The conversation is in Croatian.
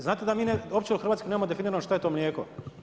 Znate da mi uopće u Hrvatskoj nemamo definirano što je to mlijeko.